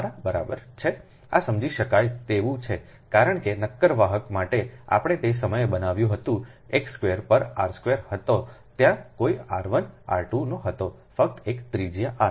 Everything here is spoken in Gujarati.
તમારા બરાબર છે આ સમજી શકાય તેવું છે કારણ કે નક્કર વાહક માટે આપણે તે સમયે બનાવ્યું હતું તે x સ્ક્વેર પર r સ્ક્વેર હતો ત્યાં કોઈ r1 r2 ન હતો ફક્ત એક ત્રિજ્યા r